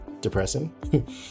depressing